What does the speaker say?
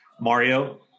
Mario